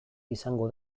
izango